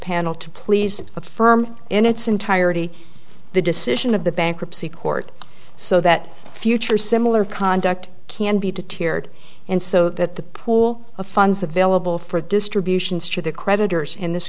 panel to please affirm in its entirety the decision of the bankruptcy court so that future similar conduct can be to teared in so that the pool of funds available for distributions to the creditors in this